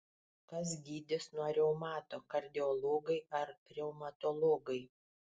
kas gydys nuo reumato kardiologai ar reumatologai